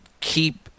keep